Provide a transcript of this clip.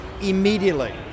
immediately